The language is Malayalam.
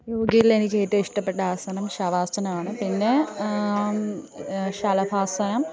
യോഗയിലെനിക്ക് ഏറ്റവും ഇഷ്ടപ്പെട്ട ആസനം ശവാസനമാണ് പിന്നെ ശലഭാസനം